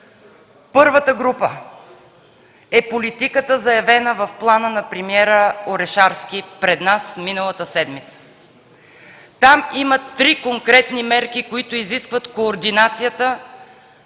Първата група е политиката, заявена в плана на премиера Орешарски пред нас миналата седмица. Там има три конкретни мерки, които изискват координацията